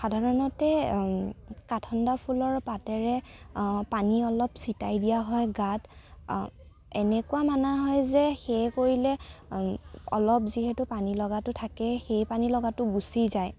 সাধাৰণতে কাঠণ্ড ফুলৰ পাতেৰে পানী অলপ চতিয়াই দিয়া হয় গাত এনেকুৱা মনা হয় যে সেয়া কৰিলে অলপ যিহেতু পানী লগাটো থাকে সেই পানী লগাটো গুচি যায়